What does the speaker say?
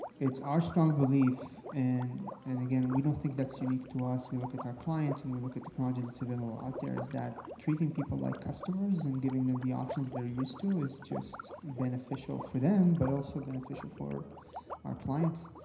it's our strong belief and and again, we don't think that's unique to us. we look at our clients and we look at the technology that's available out there as that treating people like customers and giving them the options they're used to is just beneficial for them but also beneficial for our clients.